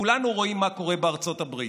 כולנו רואים מה קורה בארצות הברית,